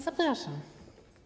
Zapraszam.